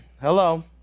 hello